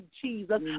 Jesus